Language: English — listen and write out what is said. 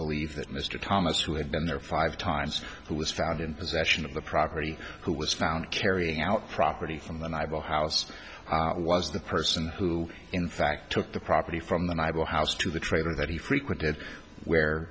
believe that mr thomas who had been there five times who was found in possession of the property who was found carrying out property from then i will house was the person who in fact took the property from that i will house to the trailer that he frequented where